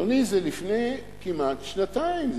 אדוני, זה לפני כמעט שנתיים.